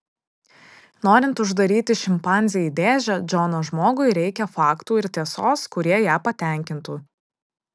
norint uždaryti šimpanzę į dėžę džono žmogui reikia faktų ir tiesos kurie ją patenkintų